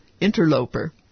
Interloper